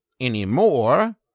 anymore